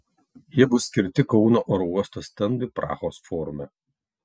jie bus skirti kauno oro uosto stendui prahos forume